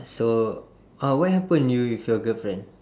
so uh what happen you with your girlfriend